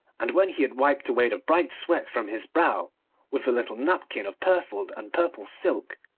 and when he had wiped away the bright sweat from his brow with a little napkin of purfled and purple silk,